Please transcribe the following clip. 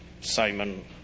Simon